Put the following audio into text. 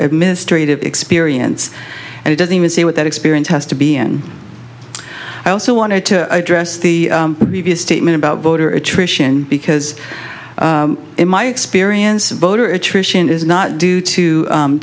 administrative experience and it doesn't even say what that experience has to be an i also wanted to address the statement about voter attrition because in my experience voter attrition is not due to